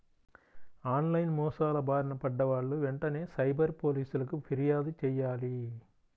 on line మోసాల బారిన పడ్డ వాళ్ళు వెంటనే సైబర్ పోలీసులకు పిర్యాదు చెయ్యాలి